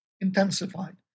intensified